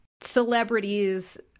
celebrities